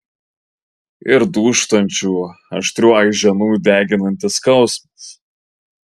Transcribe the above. ir dūžtančių aštrių aiženų deginantis skausmas